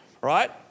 right